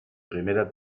primera